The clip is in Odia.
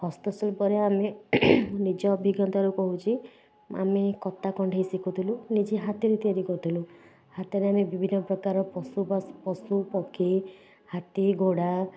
ହସ୍ତଶିଳ୍ପରେ ଆମେ ନିଜ ଅଭିଜ୍ଞାତାରୁ କହୁଛି ଆମେ କତା କଣ୍ଢେଇ ଶିଖୁଥିଲୁ ନିଜେ ହାତରେ ତିଆରି କରୁଥିଲୁ ହାତରେ ଆମେ ବିଭିନ୍ନ ପ୍ରକାର ପଶୁ ପସ ପଶୁପକ୍ଷୀ ହାତୀ ଘୋଡ଼ା